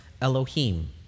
Elohim